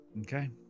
Okay